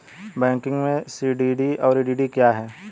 Banking में CDD और EDD क्या हैं?